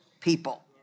people